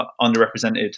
underrepresented